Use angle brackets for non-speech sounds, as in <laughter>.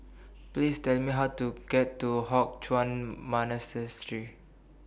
Please Tell Me How to get to Hock Chuan <unintelligible>